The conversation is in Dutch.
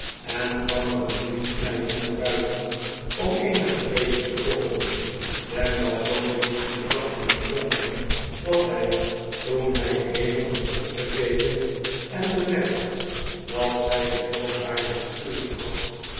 en kwam er een dienstmeisje naar buiten om eenige kleedjes te kloppen sam was zoo diep in gedachten verzonken dat hij toen hij even had opgekeken en bemerkt dat zij een heel aardig figuurtje had